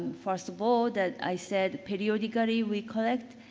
first of all, that i said periodically we collect.